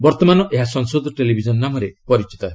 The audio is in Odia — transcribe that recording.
ବର୍ତ୍ତମାନ ଏହା ସଂସଦ ଟେଲିଭିଜନ ନାମରେ ପରିଚିତ ହେବ